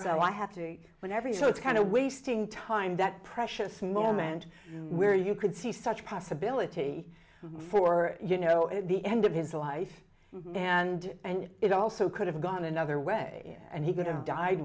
so i have to win every so it's kind of wasting time that precious moment where you could see such possibility for you know at the end of his life and and it also could have gone another way and he could have died